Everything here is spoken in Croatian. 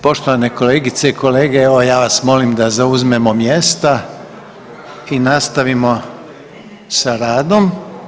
Poštovane kolegice i kolege, evo ja vas molim da zauzmemo mjesta i nastavimo sa radom.